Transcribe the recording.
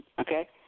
Okay